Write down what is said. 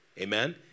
amen